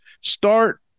Start